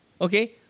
okay